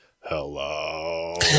hello